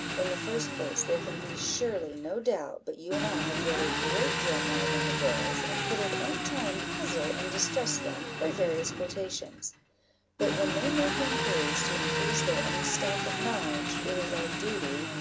in the first place, there can be surely no doubt but you and i have read a great deal more than the girls, and could at any time puzzle and distress them by various quotations but when they make inquiries to increase their own stock of knowledge, it is our duty,